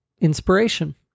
Inspiration